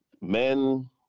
men